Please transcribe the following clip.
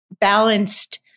balanced